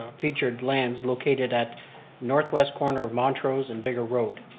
ah featured lands located at northwest corner of montrose and bigger road.